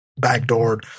backdoored